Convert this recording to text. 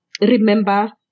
remember